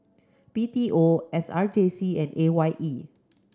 B T O S R J C and A Y E